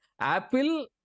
Apple